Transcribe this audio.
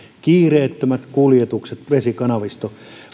kiireettömissä kuljetuksissa vesikanavisto